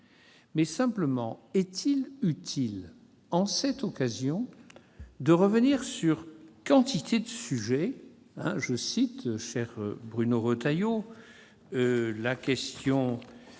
Simplement, est-il utile, en cette occasion, de revenir sur quantité de sujets